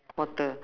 quarter